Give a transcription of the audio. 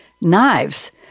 knives